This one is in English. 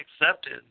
accepted